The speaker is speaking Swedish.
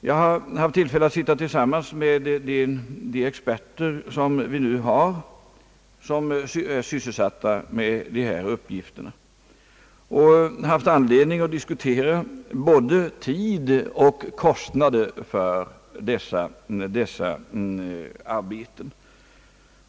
Jag har haft tillfälle att sitta tillsammans med de experter, som nu är sysselsatta med dessa uppgifter, och har haft anledning att diskutera frågan om både tid och kostnader för dessa arbeten.